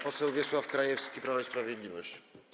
Poseł Wiesław Krajewski, Prawo i Sprawiedliwość.